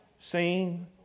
seen